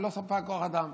אני לא ספק כוח אדם.